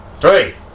Three